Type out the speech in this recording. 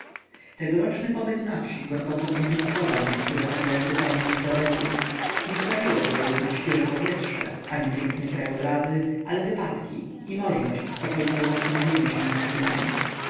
tegoroczny pobyt na wsi głęboko zmodyfikował niektóre poglądy panny izabeli nie sprawiło tego jednak świeże powietrze ani piękne krajobrazy ale wypadki i możność spokojnego zastanowienia się nad niemi